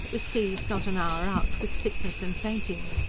was seized, not an hour out, with sickness and fainting.